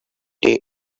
day